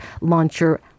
launcher